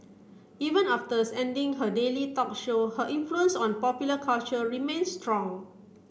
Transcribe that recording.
even after ending her daily talk show her influence on popular culture remain strong